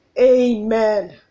amen